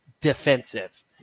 defensive